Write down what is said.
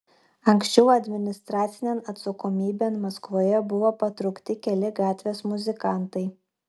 anksčiau administracinėn atsakomybėn maskvoje buvo patraukti keli gatvės muzikantai